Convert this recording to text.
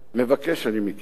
מבקש אני מכם,